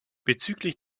bezüglich